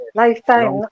lifetime